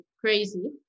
crazy